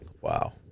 Wow